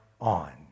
on